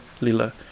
lila